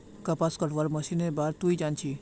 कपास कटवार मशीनेर बार तुई जान छि